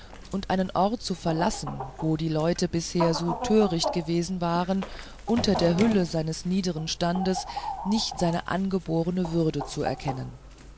und einen ort zu verlassen wo die leute bisher so töricht gewesen waren unter der hülle seines niedern standes nicht seine angeborene würde zu erkennen